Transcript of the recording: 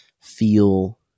feel